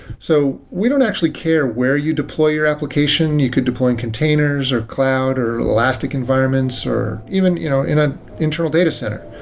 so we don't actually care where you deploy your application you could deploy on containers or cloud or elastic environments or even you know in an internal data center.